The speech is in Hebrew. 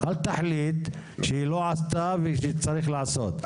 אל תחליט שהיא לא עשתה ושצריך לעשות.